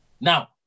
Now